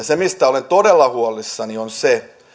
se mistä olen todella huolissani on se